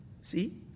See